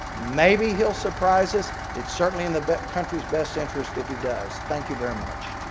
maybe he'll surprise us. it certainly in the country's best interest if he does. thank you very much.